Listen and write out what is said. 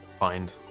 Find